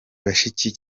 bashiki